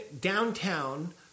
downtown